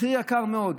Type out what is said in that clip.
מחיר יקר מאוד,